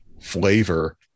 flavor